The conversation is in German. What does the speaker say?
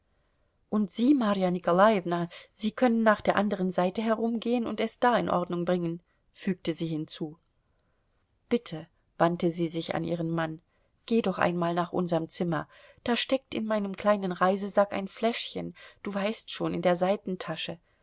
und sie marja nikolajewna sie können nach der anderen seite herumgehen und es da in ordnung bringen fügte sie hinzu bitte wandte sie sich an ihren mann geh doch einmal nach unserm zimmer da steckt in meinem kleinen reisesack ein fläschchen du weißt schon in der seitentasche